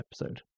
episode